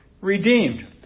redeemed